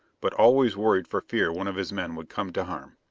but always worried for fear one of his men would come to harm.